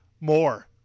more